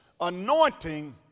anointing